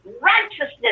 righteousness